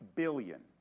billion